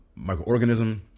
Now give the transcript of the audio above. microorganism